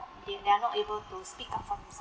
they they are not able to speak for themselves